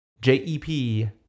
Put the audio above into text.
J-E-P